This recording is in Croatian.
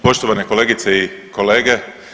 Poštovane kolegice i kolege.